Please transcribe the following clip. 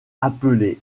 appelé